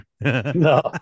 No